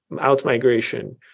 out-migration